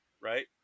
Right